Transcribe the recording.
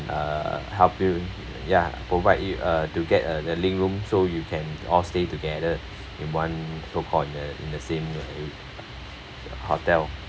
uh help you ya provide you uh to get a linked room so you can all stay together in one so-call in a in a same uh hotel